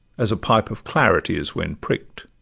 as a pipe of claret is when prick'd